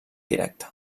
directe